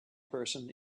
person